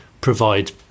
provide